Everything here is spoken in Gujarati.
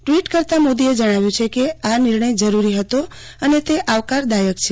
ટ્રવીટ કરતાં મોદીએ જણાવ્યું છે કે આ ખુબ જરૂરી હતું અને તે આવકારદાયક છે